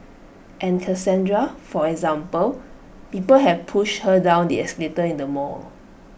and Cassandra for example people have pushed her down the escalator in the mall